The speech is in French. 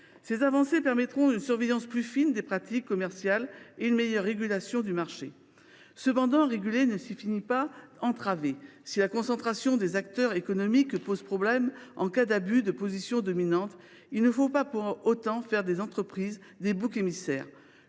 Ces avancées permettront une surveillance plus fine des pratiques commerciales et une meilleure régulation du marché. Cependant, réguler ne signifie pas entraver. Si la concentration des acteurs économiques pose problème en cas d’abus de position dominante, il ne faut pas pour autant faire des entreprises des boucs émissaires.